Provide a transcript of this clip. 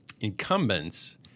incumbents